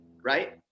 right